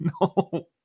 No